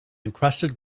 encrusted